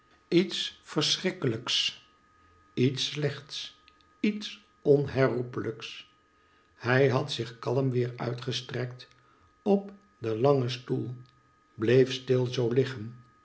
iets verschrikkelijks iets slechts iets onherroepehjks hij had zich kalm weer uitgestrekt op den langen stoel bleef stil zoo liggen